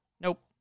Nope